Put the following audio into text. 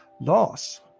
loss